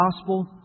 gospel